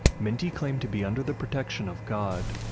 minty claimed to be under the protection of god,